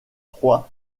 froid